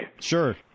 Sure